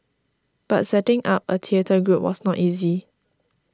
but setting up a theatre group was not easy